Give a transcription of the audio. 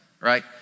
right